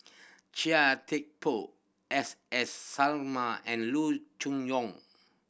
Chia Thye Poh S S Sarma and Loo Choon Yong